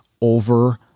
over